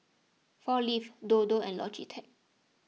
four Leaves Dodo and Logitech